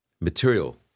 material